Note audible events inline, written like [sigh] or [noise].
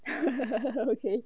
[laughs] okay